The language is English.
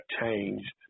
changed